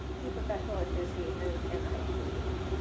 key professional associations, and the high school league.